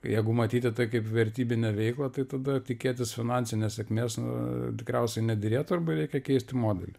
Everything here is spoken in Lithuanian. jeigu matyti tai kaip vertybinę veiklą tai tada tikėtis finansinės sėkmės nu tikriausiai nederėtų arba reikia keisti modelį